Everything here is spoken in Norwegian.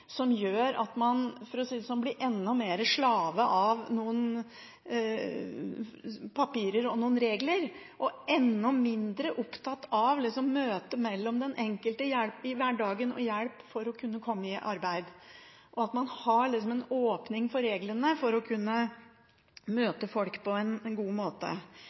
som gjør at man blir enda mer slave av papirer og regler og enda mindre opptatt av møtet med den enkelte i hverdagen, og av å hjelpe dem til å kunne komme i arbeid. Man bør ha en åpning i reglene for å kunne møte folk på en god måte.